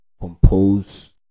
compose